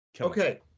Okay